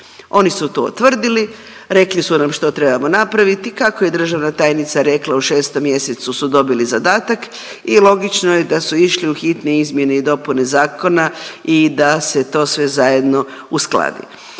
Oni su to utvrdili, rekli su nam što trebamo napraviti, kako je državna tajnica rekla u 6. mjesecu su dobili zadatak i logično je da su išli u hitne izmjene i dopune zakona i da se to sve zajedno uskladi